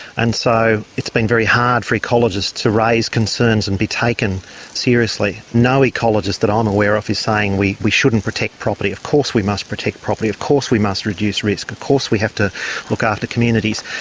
and so it's been very hard for ecologists to raise concerns and be taken seriously. no ecologist that i'm um aware of is saying we we shouldn't protect property. of course we must protect property of course we must reduce risk of course we have to look after communities.